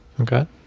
Okay